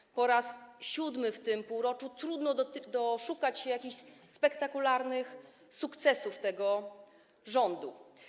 I po raz siódmy w tym półroczu trudno doszukać się jakichś spektakularnych sukcesów tego rządu.